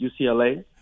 UCLA